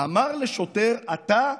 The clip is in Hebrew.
אמר לשוטר: אתה,